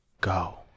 Go